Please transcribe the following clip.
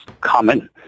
common